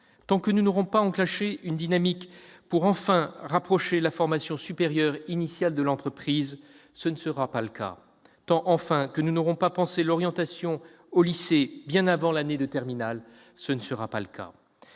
Tant que nous n'aurons pas enclenché une dynamique pour enfin rapprocher la formation supérieure initiale de l'entreprise, ce ne sera pas le cas. Enfin, tant que nous n'aurons pas pensé l'orientation au lycée bien avant l'année de terminale, ce ne sera pas le cas.